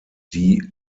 die